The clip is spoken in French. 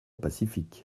pacifique